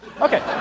Okay